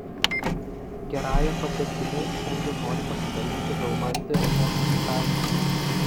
gerąja patirtimi šiandien nori pasidalinti vilmantė lokcikaitė